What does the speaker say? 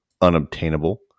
unobtainable